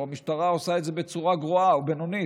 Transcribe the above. או שהמשטרה עושה את זה בצורה גרועה או בינונית.